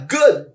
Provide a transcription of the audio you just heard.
good